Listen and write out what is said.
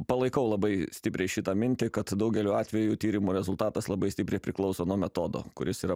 palaikau labai stipriai šitą mintį kad daugeliu atvejų tyrimų rezultatas labai stipriai priklauso nuo metodo kuris yra